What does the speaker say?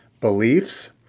beliefs